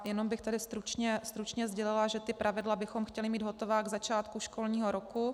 Jenom bych tady stručně sdělila, že ta pravidla bychom chtěli mít hotová k začátku školního roku.